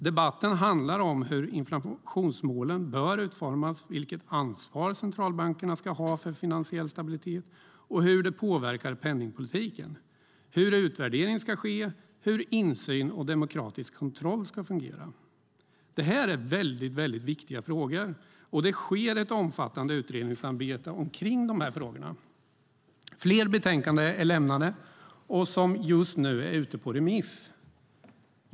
Debatten handlar om hur inflationsmålen bör utformas, vilket ansvar centralbankerna ska ha för finansiell stabilitet och hur det påverkar penningpolitiken, hur utvärdering ska ske och hur insyn och demokratisk kontroll ska fungera. Det här är väldigt viktiga frågor, och det sker ett omfattande utredningsarbete omkring dem. Flera betänkanden är lämnade som just nu är ute på remiss.